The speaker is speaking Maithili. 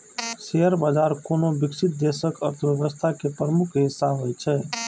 शेयर बाजार कोनो विकसित देशक अर्थव्यवस्था के प्रमुख हिस्सा होइ छै